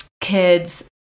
kids